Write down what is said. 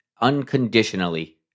unconditionally